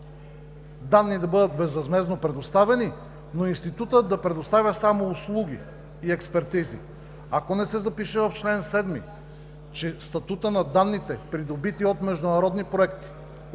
данни да бъдат безвъзмездно предоставени, но Институтът да предоставя само услуги и експертизи. Ако не се запише в чл. 7, че статутът на данните, придобити от международни проекти,